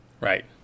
Right